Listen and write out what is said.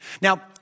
Now